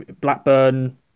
Blackburn